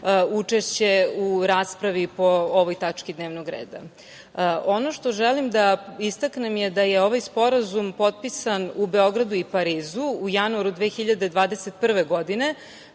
učešće u raspravi po ovoj tački dnevnog reda. Ono što želim da istaknem je da je ovaj sporazum potpisan u Beogradu i Parizu u januaru 2021. godine,